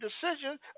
decisions